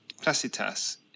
Placitas